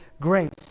grace